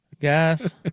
Guys